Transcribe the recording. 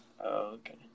okay